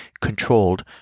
controlled